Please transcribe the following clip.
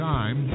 Time